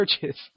churches